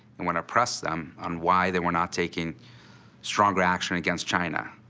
and when i pressed them on why they were not taking stronger action against china,